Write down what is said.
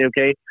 Okay